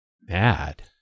mad